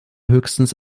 höchstens